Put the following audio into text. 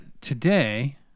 today